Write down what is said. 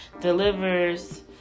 delivers